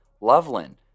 Loveland